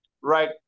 Right